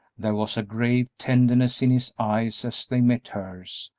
there was a grave tenderness in his eyes as they met hers,